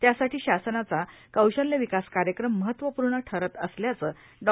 त्यासाठी शासनाचा कौशल्य विकास कार्यक्रम महत्वपूर्ण ठरत असल्याचे ॉ